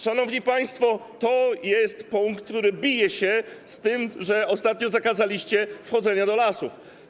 Szanowni państwo, to jest punkt, który bije się z tym, że ostatnio zakazaliście wchodzenia do lasów.